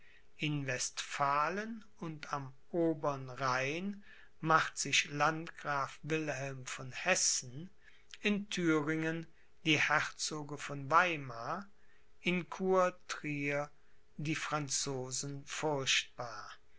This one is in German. in westphalen und am obern rhein macht sich landgraf wilhelm von hessen in thüringen die herzoge von weimar in kur trier die franzosen furchtbar